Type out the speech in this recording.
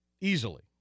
Easily